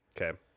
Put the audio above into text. Okay